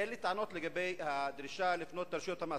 אין לי טענות לגבי הדרישה לפנות אל רשויות המס,